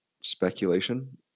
speculation